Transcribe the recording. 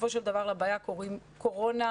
בסופו של דבר לבעיה קוראים קורונה.